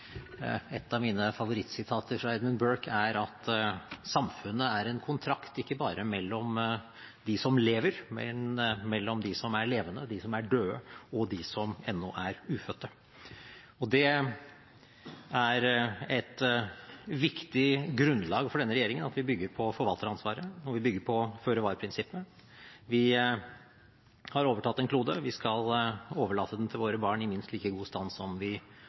Et av mine favorittsitater fra Edmund Burke er: Samfunnet er en kontrakt ikke bare mellom de som lever, men mellom de som er levende, de som er døde, og de som ennå er ufødte. Det er et viktig grunnlag for denne regjeringen at vi bygger på forvalteransvaret og føre-var-prinsippet. Vi har overtatt en klode, og vi skal overlate den til våre barn i minst like god stand som vi